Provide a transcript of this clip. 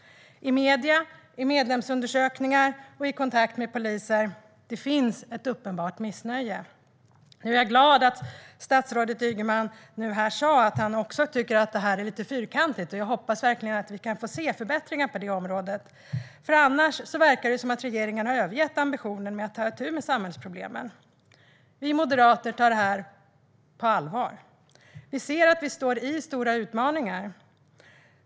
Enligt vad jag erfarit från medier och medlemsundersökningar samt i kontakt med poliser finns det ett uppenbart missnöje. Jag är glad att statsrådet Ygeman nu sa att också han tycker att det här är lite fyrkantigt. Jag hoppas verkligen att vi kan få se förbättringar på området. Annars verkar det som att regeringen har övergett ambitionen att ta itu med samhällsproblemen. Vi moderater tar det här på allvar. Vi ser att vi står med stora utmaningar.